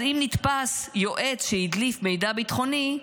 אז אם נתפס יועץ שהדליף מידע ביטחוני,